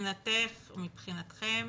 מבחינתכם